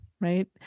right